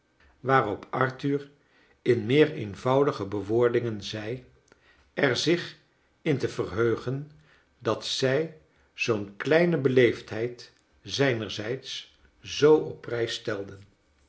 waarop arthur in meer eenvoudige bewoordingen zei er zich in te verheugen dat zij zoo'n kleine beleefdheid zijnerzijds zoo op prijs steiden